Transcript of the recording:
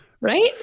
right